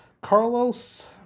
Carlos